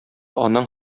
анаң